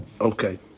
Okay